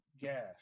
gas